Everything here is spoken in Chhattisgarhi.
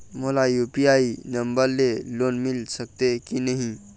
मोला यू.पी.आई नंबर ले लोन मिल सकथे कि नहीं?